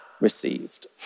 received